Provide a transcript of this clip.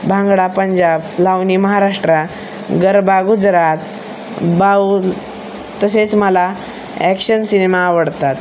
भांगडा पंजाब लावणी महाराष्ट्रा गरबा गुजरात बाऊल तसेच मला action cinema आवडतात